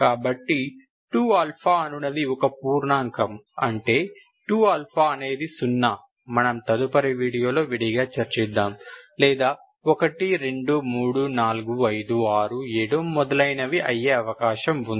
కాబట్టి 2 అనునది ఒక పూర్ణాంకం అంటే 2 అనేది సున్నా మనం తదుపరి వీడియోలో విడిగా చర్చిద్దాము లేదా 1 2 3 4 5 6 7 మొదలైనవి అయ్యే అవకాశం ఉంది